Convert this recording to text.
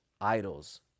idols